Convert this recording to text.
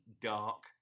dark